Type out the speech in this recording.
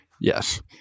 Yes